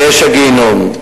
באש הגיהינום.